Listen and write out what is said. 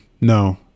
no